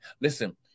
listen